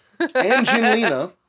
Angelina